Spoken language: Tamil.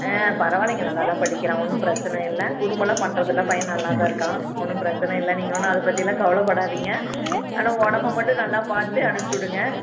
ஆ பரவாயிலைங்க நல்லா தான் படிக்கிறான் ஒன்றும் பிரச்சனை இல்லை குறும்பெல்லாம் பண்ணுறதில்ல பையன் நல்லா தான் இருக்கான் ஒன்றும் பிரச்சனை இல்லை நீங்கள் ஒன்றும் அதை பற்றியெல்லாம் கவலைப்படாதிங்க ஆனால் உடம்ப மட்டும் நல்லா பார்த்து அனுப்பிச்சுடுங்க